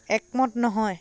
একমত নহয়